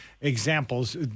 examples